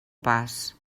pas